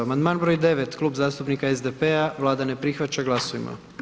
Amandman br. 9, Klub zastupnika SDP-a, Vlada ne prihvaća, glasujmo.